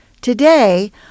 Today